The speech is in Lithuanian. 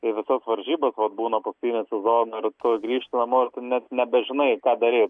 ir visas varžybas vat būna paskutinės sezono ir tu grįžti namo ir tu net nebežinai ką daryt